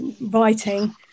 writing